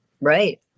right